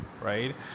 right